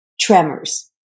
tremors